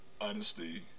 honesty